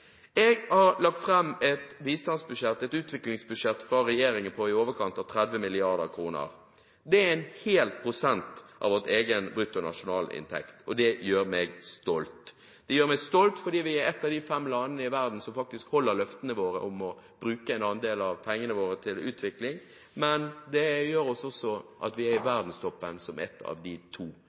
Jeg har lagt fram et utviklingsbudsjett fra regjeringen på i overkant av 30 mrd. kr. Det er en hel prosent av vår egen bruttonasjonalinntekt, og det gjør meg stolt. Det gjør meg stolt fordi vi er et av de fem landene i verden som faktisk holder løftene våre om å bruke en andel av pengene våre til utvikling, og det gjør også at vi er i verdenstoppen – som et av de to